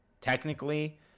Technically